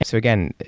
so again,